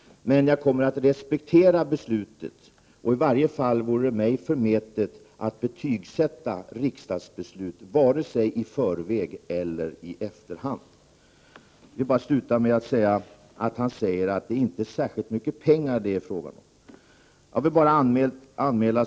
Men jag kommer att respektera beslutet, och i varje fall vore det förmätet av mig att betygsätta riksdagens beslut vare sig i förväg eller i efterhand. Pär Granstedt säger att det inte är fråga om särskilt mycket pengar.